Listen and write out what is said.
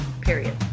period